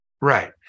Right